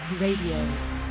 Radio